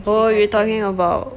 oh you're talking about